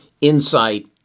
insight